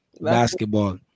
basketball